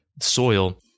soil